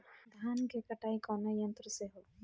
धान क कटाई कउना यंत्र से हो?